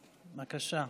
בבקשה.